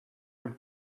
will